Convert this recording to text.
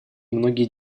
многие